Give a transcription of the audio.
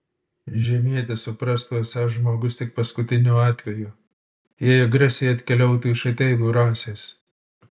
žemietis suprastų esąs žmogus tik paskutiniu atveju jei agresija atkeliautų iš ateivių rasės